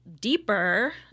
deeper